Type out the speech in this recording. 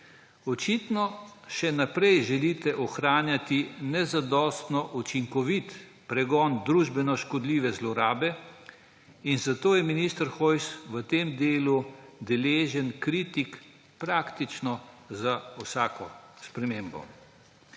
očitno še naprej želite ohranjati nezadostno učinkovit pregon družbeno škodljive zlorabe, zato je minister Hojs v tem delu deležen kritik praktično za vsako spremembo.